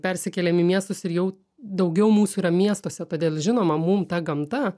persikėlėm į miestus ir jau daugiau mūsų yra miestuose todėl žinoma mum ta gamta